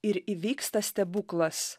ir įvyksta stebuklas